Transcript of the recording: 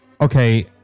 okay